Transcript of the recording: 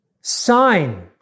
sign